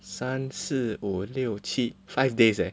三四五六七 five days eh